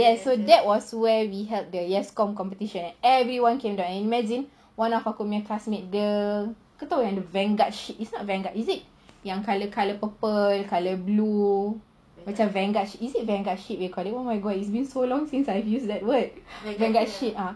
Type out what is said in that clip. yes so that was where we held the Y_E_S_C_O_M competition and everyone came imagine one of aku punya classmate dia kau tahu yang vanguard sheet it's not vanguard is it yang colour colour purple colour blue macam vanguard sheet oh my god it's been so long since I used that word vanguard sheet ah